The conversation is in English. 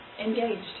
engaged